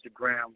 Instagram